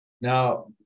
Now